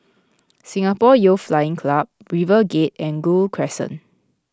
Singapore Youth Flying Club RiverGate and Gul Crescent